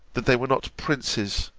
that they were not princes,